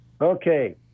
Okay